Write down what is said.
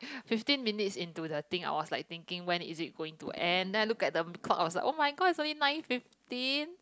fifteen minutes into the thing I was like thinking when is it going to end then I look at the clock I was like [oh]-my-god it's only nine fifteen